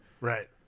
Right